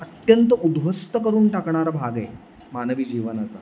अत्यंत उद्ध्वस्त करून टाकणारा भाग आहे मानवी जीवनाचा